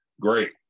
great